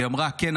היא אמרה: כן,